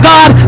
God